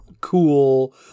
cool